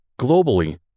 Globally